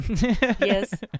Yes